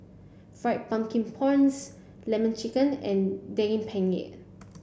fried pumpkin prawns lemon chicken and Daging Penyet